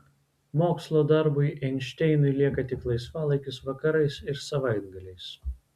mokslo darbui einšteinui lieka tik laisvalaikis vakarais ir savaitgaliais